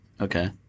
Okay